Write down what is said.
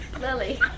Lily